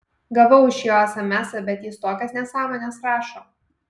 gavau iš jo esemesą bet jis tokias nesąmones rašo